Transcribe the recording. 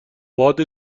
باد